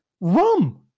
rum